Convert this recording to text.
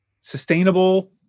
sustainable